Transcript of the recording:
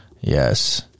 Yes